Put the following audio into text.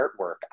artwork